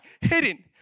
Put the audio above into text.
hidden